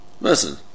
listen